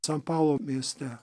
san paulo mieste